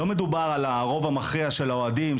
לא מדובר על הרוב המכריע של האוהדים,